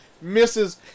misses